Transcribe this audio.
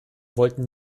wollten